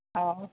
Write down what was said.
ᱚᱻ